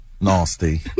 nasty